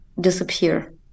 disappear